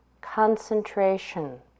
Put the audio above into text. concentration